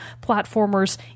platformers